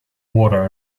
water